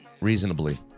Reasonably